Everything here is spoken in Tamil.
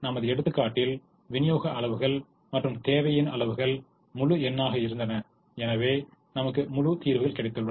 நமது எடுத்துக்காட்டில் விநியோக அளவுகள் மற்றும் தேவை அளவுகள் முழு எண்ணாக இருந்தன எனவே நமக்கு முழு தீர்வுகள் கிடைத்துள்ளன